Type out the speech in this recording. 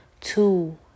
two